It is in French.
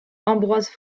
ambroise